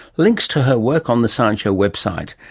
links to her work on the science show website.